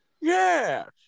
Yes